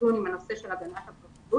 הנושא של הגנת הפרטיות